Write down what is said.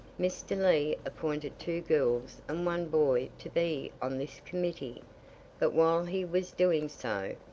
mr. lee appointed two girls and one boy to be on this committee but while he was doing so,